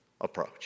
approach